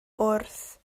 wrth